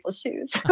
shoes